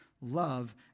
love